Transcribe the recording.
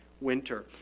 winter